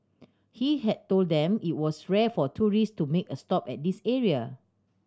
he had told them it was rare for tourist to make a stop at this area